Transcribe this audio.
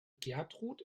gertrud